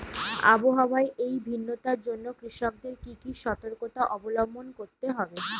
আবহাওয়ার এই ভিন্নতার জন্য কৃষকদের কি কি সর্তকতা অবলম্বন করতে হবে?